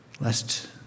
lest